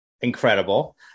Incredible